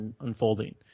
unfolding